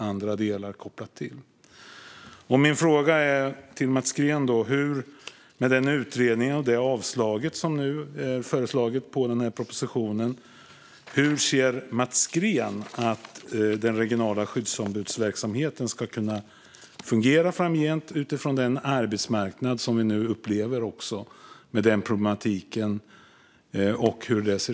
Med den utredning som har gjorts och det förslag till avslag på propositionen som nu föreligger undrar jag hur Mats Green ser på hur den regionala skyddsombudsverksamheten ska fungera i framtiden, med tanke på hur arbetsmarknaden fungerar med nuvarande problem.